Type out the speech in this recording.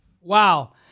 wow